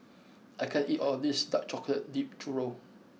I can't eat all of this Dark Chocolate Dipped Churro